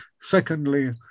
Secondly